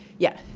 yeah?